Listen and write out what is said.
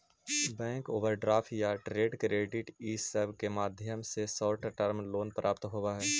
bank overdraft या trade credit इ सब के माध्यम से शॉर्ट टर्म लोन प्राप्त होवऽ हई